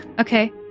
Okay